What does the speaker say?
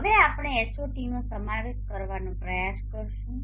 હવે હવે આપણે Hot નો સમાવેશ કરવાનો પ્રયાસ કરીશું